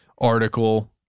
article